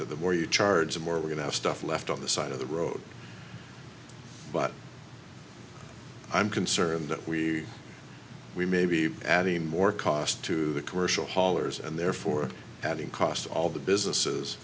that the more you charge the more we're going to have stuff left on the side of the road but i'm concerned that we we may be adding more cost to the commercial haulers and therefore having cost all the businesses